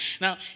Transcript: Now